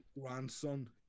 grandson